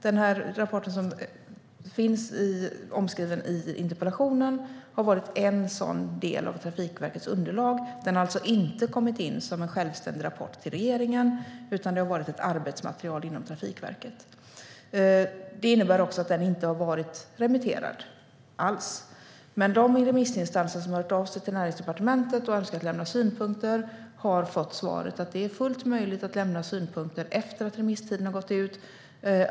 Den rapport som finns omskriven i interpellationen har varit en sådan del av Trafikverkets underlag. Den har alltså inte kommit in som en självständig rapport till regeringen, utan det har varit ett arbetsmaterial inom Trafikverket. Det innebär att den inte har varit remitterad alls. De remissinstanser som har hört av sig till Näringsdepartementet och önskat lämna synpunkter har fått svaret att det är fullt möjligt att göra detta efter det att remisstiden har gått ut.